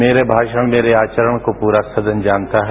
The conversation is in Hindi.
मेरे भाषण मेरे आचरण को पूरा सदन जानता है